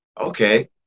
okay